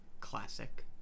classic